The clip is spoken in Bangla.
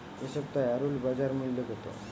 এ সপ্তাহের আলুর বাজার মূল্য কত?